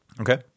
Okay